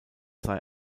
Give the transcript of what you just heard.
sei